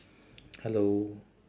hello